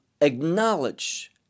acknowledge